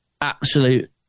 absolute